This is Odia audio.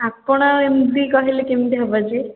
ଆପଣ ଏମିତି କହିଲେ କେମିତି ହେବ ଯେ